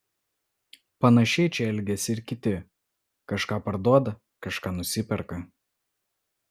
panašiai čia elgiasi ir kiti kažką parduoda kažką nusiperka